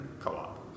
co-op